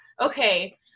Okay